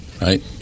right